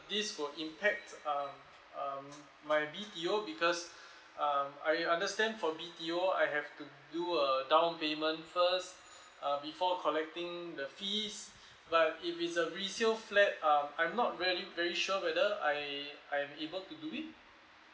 this will impact um um my B_T_O because um I understand for B_T_O I have to do a down payment first uh before collecting the fees but if it's a resale flat um I'm not very very sure whether I I'm able to do it